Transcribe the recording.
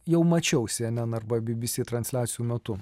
jau mačiau si en en arba bi bi si transliacijų metu